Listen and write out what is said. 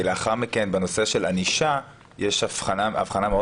כי לאחר מכן בנושא של ענישה יש הבחנה מאוד